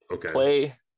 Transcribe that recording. Play